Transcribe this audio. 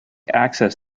access